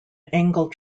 angle